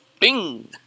Bing